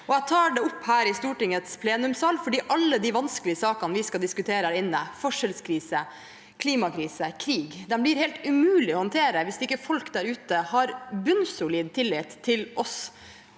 Jeg tar det opp her i Stortingets plenumssal fordi alle de vanskelige sakene vi skal diskutere her inne – forskjellskrise, klimakrise, krig – blir helt umulige å håndtere hvis ikke folk der ute har bunnsolid tillit til oss